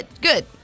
Good